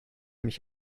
mich